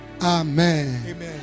amen